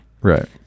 Right